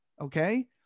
Okay